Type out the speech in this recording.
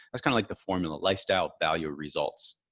that's kinda like the formula lifestyle value results